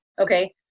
Okay